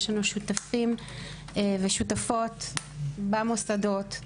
יש לנו שותפים ושותפות במוסדות,